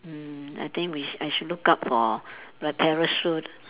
mm I think we sh~ I should look out for the parachute